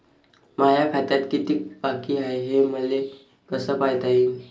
माया खात्यात कितीक बाकी हाय, हे मले कस पायता येईन?